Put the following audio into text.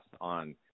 on